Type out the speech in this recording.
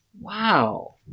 Wow